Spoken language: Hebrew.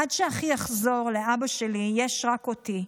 עד שאחי יחזור, לאבא שלי יש רק אותי.